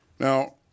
Now